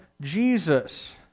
Jesus